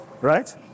right